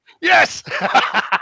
Yes